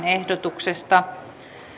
ehdotuksesta